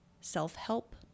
self-help